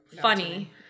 funny